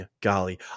golly